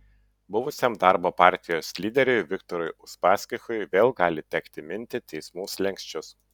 buvusiam darbo partijos lyderiui viktorui uspaskichui vėl gali tekti minti teismų slenksčius